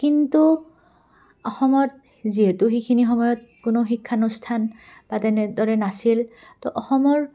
কিন্তু অসমত যিহেতু সেইখিনি সময়ত কোনো শিক্ষানুষ্ঠান বা তেনেদৰে নাছিল তো অসমৰ